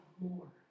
more